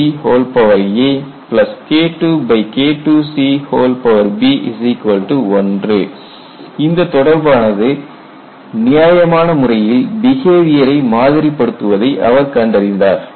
KIKICaKIIKIICb 1 இந்த தொடர்பு ஆனது நியாயமான முறையில் பிஹேவியரை மாதிரி படுத்துவதை அவர் கண்டறிந்தார்